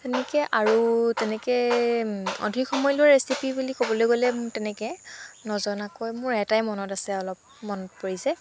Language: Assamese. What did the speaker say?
এনেকৈ আৰু তেনেকৈ অধিক সময় লৈ ৰেচিপি বুলি ক'বলৈ গ'লে তেনেকৈ নজনাকৈ মোৰ এটাই মনত আছে অলপ মনত পৰিছে